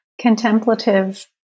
contemplative